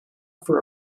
for